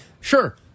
sure